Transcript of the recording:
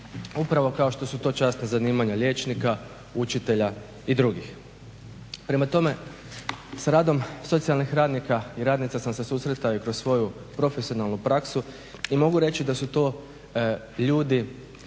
upravo kao što su to časna zanimanja liječnika, učitelja i drugih. Prema tome, s radom socijalnih radnika i radnica sam se susretao i kroz svoju profesionalnu praksu i mogu reći da su to ljudi